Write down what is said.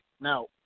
Now